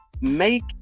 make